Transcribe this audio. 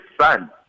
son